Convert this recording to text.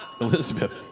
Elizabeth